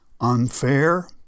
Unfair